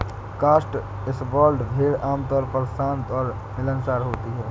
Cotswold भेड़ आमतौर पर शांत और मिलनसार होती हैं